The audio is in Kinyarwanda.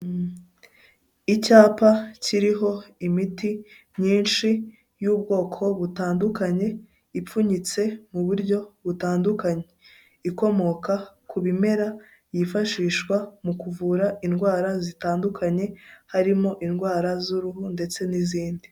Icyapa kiriho imiti myinshi y'ubwoko butandukanye ipfunyitse mu buryo butandukanye, ikomoka ku bimera yifashishwa mu kuvura indwara zitandukanye harimo indwara z'uruhu ndetse n'izindi.